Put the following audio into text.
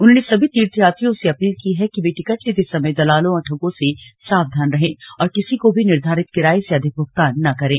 उन्होंने सभी तीर्थयात्रियों से अपील की है कि वे टिकट लेते समय दलालों और ठगों से सावधान रहें और किसी को भी निर्धारित किराये से अधिक भुगतान न करें